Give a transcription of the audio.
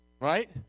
right